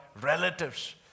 relatives